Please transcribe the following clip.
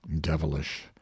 devilish